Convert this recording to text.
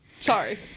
Sorry